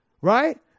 Right